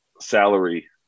salary